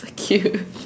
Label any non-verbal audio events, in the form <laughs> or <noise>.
cute <laughs>